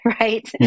right